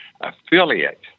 affiliate